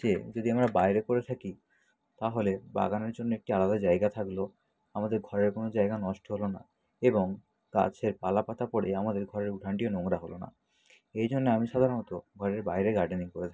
যে যদি আমরা বাইরে করে থাকি তাহলে বাগানের জন্য একটি আলাদা জায়গা থাকলো আমাদের ঘরের কোনো জায়গা নষ্ট হল না এবং গাছের পালা পাতা পড়ে আমাদের ঘরের উঠানটিও নোংরা হল না এই জন্য আমি সাধারণত ঘরের বাইরে গার্ডেনিং করে থাকি